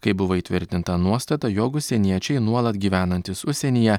kai buvo įtvirtinta nuostata jog užsieniečiai nuolat gyvenantys užsienyje